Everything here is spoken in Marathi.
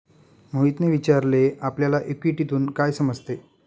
मोहितने विचारले आपल्याला इक्विटीतून काय समजते?